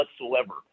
whatsoever